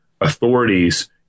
authorities